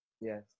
Yes